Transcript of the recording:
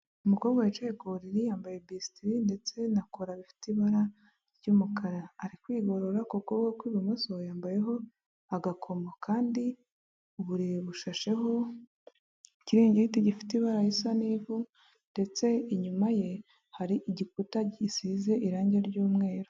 Umukobwa wicaye ku buriri yambaye bisitiri ndetse na cola bifite ibara ry'umukara, ari kwigorora .Ku kuboko kw'ibumoso, yambayeho agakoma, kandi uburiri bushasheho ikiringiti gifite ibara risa n'ivu, ndetse inyuma ye hari igikuta gisize irangi ry'umweru